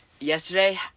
Yesterday